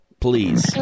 please